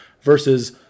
versus